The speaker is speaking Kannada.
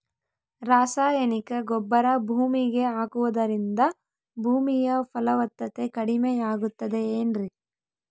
ರಾಸಾಯನಿಕ ಗೊಬ್ಬರ ಭೂಮಿಗೆ ಹಾಕುವುದರಿಂದ ಭೂಮಿಯ ಫಲವತ್ತತೆ ಕಡಿಮೆಯಾಗುತ್ತದೆ ಏನ್ರಿ?